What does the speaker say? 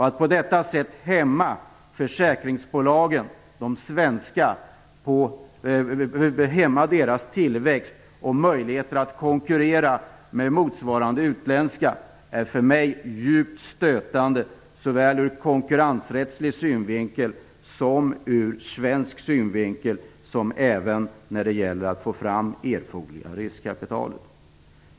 Att på detta sätt hämma de svenska försäkringsbolagens tillväxt och möjligheter att konkurrera med motsvarande utländska är för mig djupt stötande, såväl ur konkurrensrättslig synvinkel som ur svensk synvinkel. Det är även stötande mot bakgrund av det gäller att få fram erforderligt riskkapital.